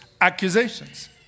Accusations